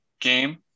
game